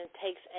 takes